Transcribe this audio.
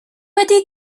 wedi